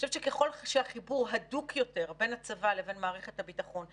ככל שהחיבור הדוק יותר בין הצבא לבין מערכת הביטחון,